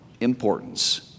importance